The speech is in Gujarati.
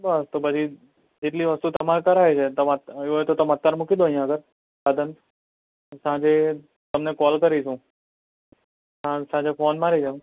બસ તો પછી જેટલી વસ્તુઓ તમારે કરાવવી છે તમારે એવું હોય તો તમે અત્યારે મૂકી દો અહી આગળ સાધન સાંજે તમને કોલ કરીશ હું સાજે ફોન મારી મારીશ